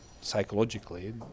psychologically